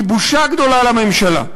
היא בושה גדולה לממשלה.